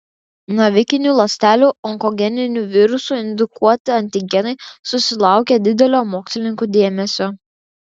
navikinių ląstelių onkogeninių virusų indukuoti antigenai susilaukė didelio mokslininkų dėmesio